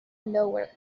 lower